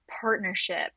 partnership